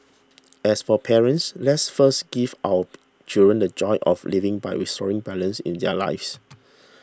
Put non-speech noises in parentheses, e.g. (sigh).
as for parents let's first give our children the joy of living by restoring balance in their lives (noise)